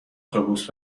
اتوبوس